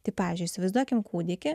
tai pavyzdžiui įsivaizduokim kūdikį